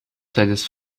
seines